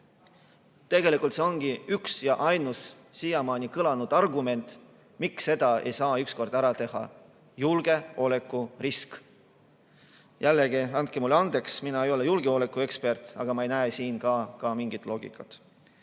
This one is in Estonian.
julgeolekuriski. See ongi üks ja ainus siiamaani kõlanud argument, miks seda ei saa ükskord ära teha – julgeolekurisk. Jällegi, andke mulle andeks, mina ei ole julgeolekuekspert, aga ma ei näe siin ka mingit loogikat.